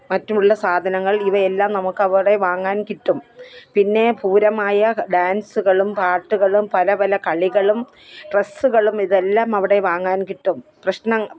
മറ്റുള്ള സാധനങ്ങൾ ഇവയെല്ലാം നമുക്ക് അവിടെ വാങ്ങാൻ കിട്ടും പിന്നെ പൂരമായ ഡാൻസുകളും പാട്ടുകളും പലപല കളികളും ഡ്രസ്സുകളും ഇതെല്ലാം അവിടെ വാങ്ങാൻ കിട്ടും പ്രശ്ന